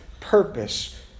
purpose